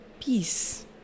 peace